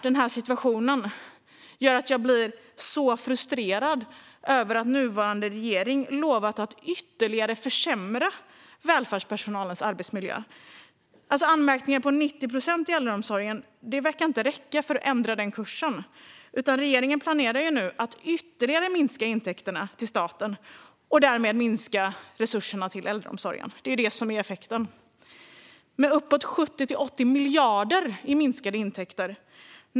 Den här situationen gör mig väldigt frustrerad över att den nuvarande regeringen har lovat att ytterligare försämra välfärdspersonalens arbetsmiljö. Anmärkningar på 90 procent av äldreomsorgens arbetsplatser verkar inte räcka för att ändra den kursen. Regeringen planerar nu att ytterligare minska intäkterna till staten och därmed minska resurserna till äldreomsorgen. Det blir effekten av uppåt 70-80 miljarder i minskade intäkter.